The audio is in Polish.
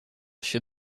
się